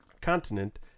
continent